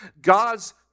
God's